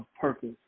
purpose